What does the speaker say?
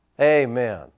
Amen